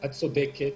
את צודקת.